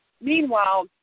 meanwhile